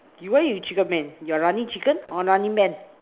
you why you chicken man you running chicken or running man